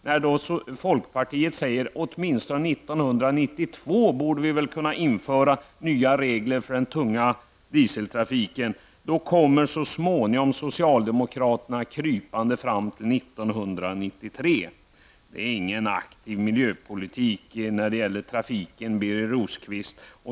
När folkpartiet säger att åtminstone 1992 borde vi väl kunna införa nya regler för den tunga dieseltrafiken, kommer så småningom socialdemokraterna krypande fram till 1993. Det är ingen aktiv miljöpolitik när det gäller trafiken, Birger Rosqvist.